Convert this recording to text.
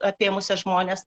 apėmusią žmones